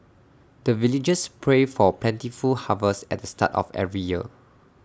the villagers pray for plentiful harvest at the start of every year